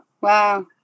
Wow